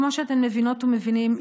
כמו שאתן מבינות ומבינים,